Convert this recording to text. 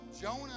Jonah